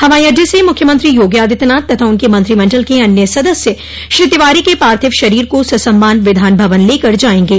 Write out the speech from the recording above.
हवाई अड्डे से मुख्यमंत्री योगी आदित्यनाथ तथा उनके मंत्रिमंडल के अन्य सदस्य श्री तिवारी के पार्थिव शरीर को ससम्मान विधान भवन लेकर जायेंगे